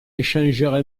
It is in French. échangeur